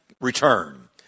return